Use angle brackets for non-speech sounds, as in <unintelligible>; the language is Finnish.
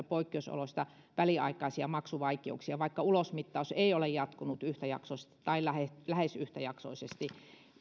<unintelligible> poikkeusoloista väliaikaisia maksuvaikeuksia vaikka ulosmittaus ei ole jatkunut yhtäjaksoisesti tai lähes lähes yhtäjaksoisesti